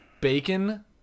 bacon